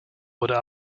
wurde